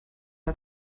der